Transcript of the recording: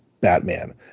Batman